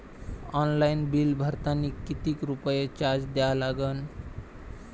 Online bill भरतानी कितीक रुपये चार्ज द्या लागन?